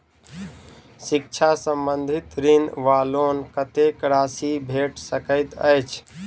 शिक्षा संबंधित ऋण वा लोन कत्तेक राशि भेट सकैत अछि?